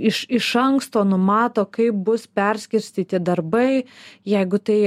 iš iš anksto numato kaip bus perskirstyti darbai jeigu tai